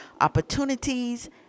opportunities